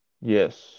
Yes